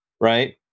right